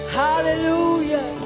hallelujah